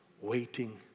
waiting